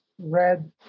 red